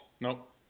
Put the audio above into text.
Nope